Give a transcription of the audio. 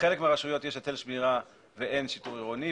בחלק מהרשויות יש היטל שמירה ויש שיטור עירוני,